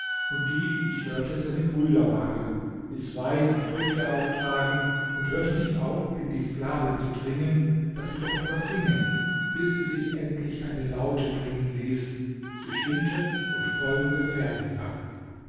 und die wie ich hörte seine brüder waren ließ wein und früchte auftragen und hörte nicht auf in die sklavin zu dringen daß sie doch etwas singe bis sie sich endlich eine laute bringen ließ sie stimmte und folgende verse sang